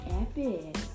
epic